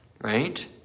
right